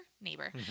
Neighbor